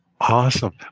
Awesome